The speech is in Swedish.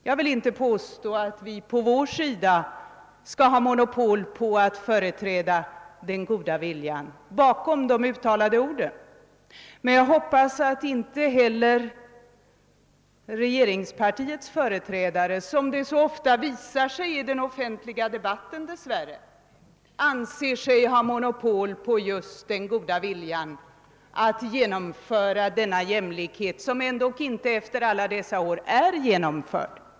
Jag vill inte påstå att vi från vårt håll har monopol på att företräda den goda viljan bakom de uttalade orden, men jag hoppas att inte heller regeringspartiets företrädare — som det dess värre ofta visar sig i den offentliga debatten — anser sig ha monopol på den goda viljan att genomföra denna jämlikhet, som dock efter alla dessa år inte är genomförd.